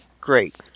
Great